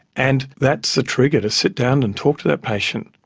and that's the trigger to sit down and talk to that patient,